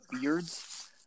Beards